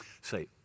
Say